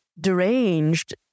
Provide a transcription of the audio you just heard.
deranged